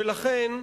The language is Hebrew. ולכן,